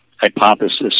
hypothesis